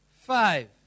five